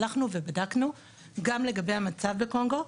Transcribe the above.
הלכנו ובדקנו גם לגבי המצב בקונגו,